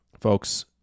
Folks